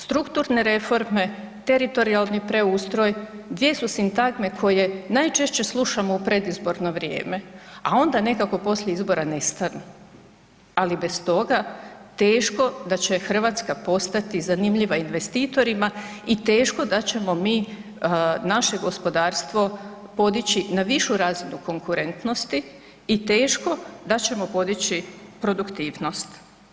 Strukturne reforme, teritorijalni preustroj, gdje su sintagme koje najčešće slušamo u predizborno vrijeme, a onda nekako poslije izbora nestanu, ali bez toga teško da će RH postati zanimljiva investitorima i teško da ćemo mi naše gospodarstvo podići na višu razinu konkurentnosti i teško da ćemo podići produktivnost.